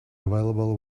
available